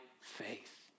faith